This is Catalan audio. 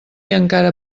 encara